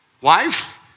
Wife